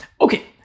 Okay